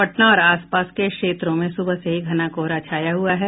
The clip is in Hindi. पटना और आस पास के क्षेत्रों में सुबह से ही घना कोहरा छाया हुआ है